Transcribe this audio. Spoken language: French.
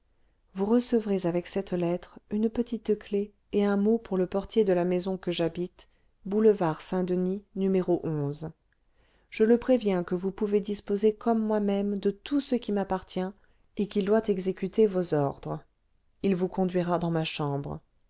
vous recevrez avec cette lettre une petite clef et un mot pour le portier de la maison que j'habite boulevard saint-denis n je le préviens que vous pouvez disposer comme moi-même de tout ce qui m'appartient et qu'il doit exécuter vos ordres il vous conduira dans ma chambre